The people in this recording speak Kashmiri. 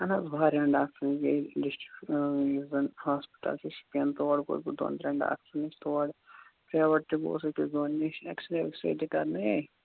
اہن حظ واریاہَن ڈاکٹَرَن نِش گٔے ڈِسٹرٛک یُس زَن ہاسپِٹَل چھِ شُپیَن تور گوس بہٕ دۄن ترٛٮ۪ن ڈاکٹرٛن نِش تورٕ پریویٹ تہِ گوس أکِس دۄن نِش اٮ۪کٕس رے وٮ۪کسرے تہِ کَرنٲوۍ